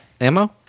ammo